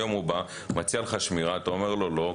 היום הוא בא, מציע לך שמירה, אתה אומר: לא.